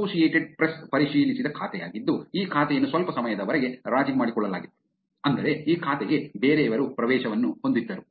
associated Press ಪರಿಶೀಲಿಸಿದ ಖಾತೆಯಾಗಿದ್ದು ಈ ಖಾತೆಯನ್ನು ಸ್ವಲ್ಪ ಸಮಯದವರೆಗೆ ರಾಜಿ ಮಾಡಿಕೊಳ್ಳಲಾಗಿತ್ತು ಅಂದರೆ ಈ ಖಾತೆಗೆ ಬೇರೆಯವರು ಪ್ರವೇಶವನ್ನು ಹೊಂದಿದ್ದರು